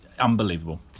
unbelievable